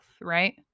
right